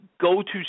go-to